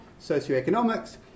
socioeconomics